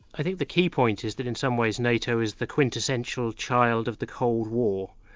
i think the key point is that in some ways nato is the quintessential child of the cold war.